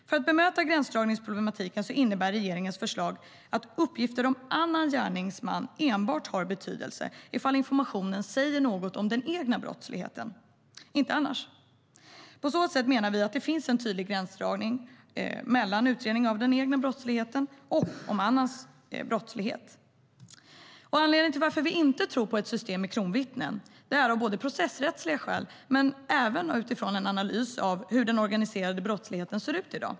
För att bemöta gränsdragningsproblematiken innebär regeringens förslag att uppgifter om annan gärningsman enbart har betydelse ifall informationen säger något om den egna brottsligheten, inte annars. På så sätt menar vi att det finns en tydlig gränsdragning mellan utredningen av den egna brottsligheten och om annans brottslighet. Anledningen till att vi inte tror på ett system med kronvittnen är av processrättslig karaktär och har även att göra med en analys av hur den organiserade brottsligheten ser ut i dag.